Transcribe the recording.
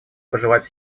пожелать